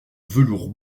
velours